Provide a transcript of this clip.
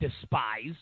despise